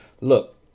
look